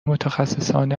متخصصان